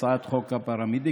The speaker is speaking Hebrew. הצעת חוק הפרמדיקים,